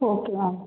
okay ma'am